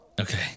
Okay